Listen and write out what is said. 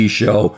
show